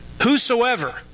whosoever